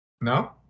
No